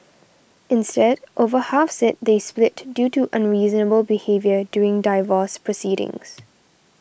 instead over half said they split due to unreasonable behaviour during divorce proceedings